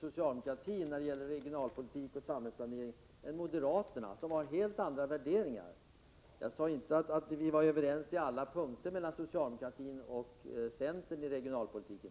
socialdemokratin när det gäller regionalpolitik och samhällsplanering än med moderaterna, som har helt andra värderingar. Jag sade inte att socialdemokraterna och centern var överens på alla punkter när det gäller regionalpolitiken.